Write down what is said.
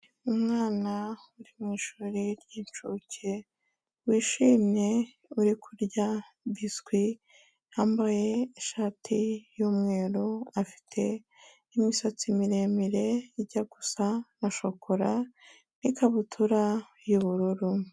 Umwana uri mu ishuri ry'incuke wishimye uri kurya biswi, yambaye ishati y'umweru afite imisatsi miremire ijya gusa na shokora n'ikabutura y'ubururu.